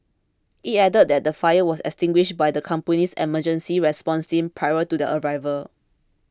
it added that the fire was extinguished by the company's emergency response team prior to their arrival